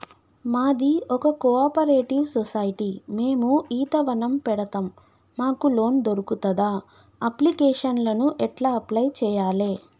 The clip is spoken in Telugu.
మాది ఒక కోఆపరేటివ్ సొసైటీ మేము ఈత వనం పెడతం మాకు లోన్ దొర్కుతదా? అప్లికేషన్లను ఎట్ల అప్లయ్ చేయాలే?